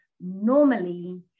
normally